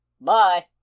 Bye